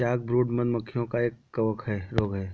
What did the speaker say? chalkbrood, मधु मक्खियों का एक कवक रोग है